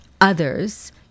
others